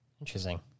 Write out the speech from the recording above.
Interesting